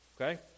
Okay